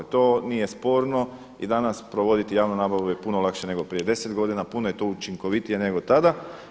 To nije sporno i danas provoditi javnu nabavu je puno lakše nego prije deset godina, puno je to učinkovitije nego tada.